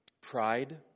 pride